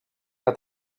que